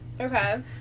Okay